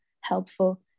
helpful